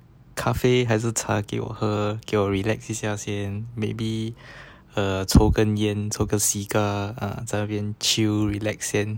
咖啡还是茶给我和给我 relax 一下先 maybe 抽根烟抽根 cigar 在那边 chill relax 先